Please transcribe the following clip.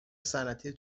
صنعتی